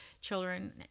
children